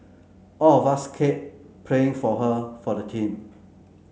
all of us kept praying for her for the team